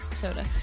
soda